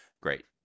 great